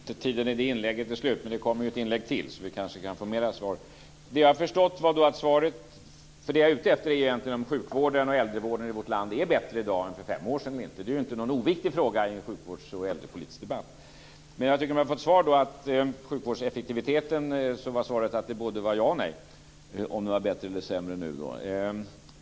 Herr talman! Catherine Persson har rätt till ytterligare ett inlägg då vi kanske kan få fler svar. Det som jag egentligen är ute efter är om sjukvården och äldrevården i vårt land i dag är bättre än för fem år sedan. Det är ju inte någon oviktig fråga i en sjukvårdsvårdspolitisk och äldrepolitisk debatt. Beträffande om sjukvårdseffektiviteten var bättre eller sämre nu var svaret både ja och nej.